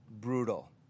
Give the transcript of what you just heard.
brutal